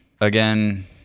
Again